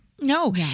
No